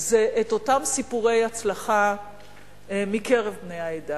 זה אותם סיפורי הצלחה מקרב בני העדה.